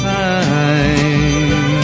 time